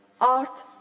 art